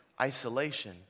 isolation